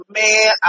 man